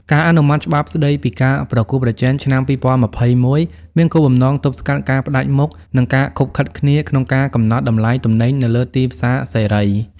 ការអនុម័តច្បាប់ស្ដីពីការប្រកួតប្រជែងឆ្នាំ ២០២១ មានគោលបំណងទប់ស្កាត់ការផ្ដាច់មុខ និងការឃុបឃិតគ្នាក្នុងការកំណត់តម្លៃទំនិញនៅលើទីផ្សារសេរី។